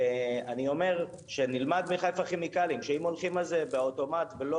וגם שנלמד מחיפה כימיקלים שאם הולכים על זה באוטומט ולא